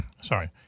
sorry